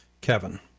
Kevin